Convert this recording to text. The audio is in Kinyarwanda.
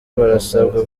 barasabwa